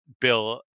bill